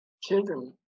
children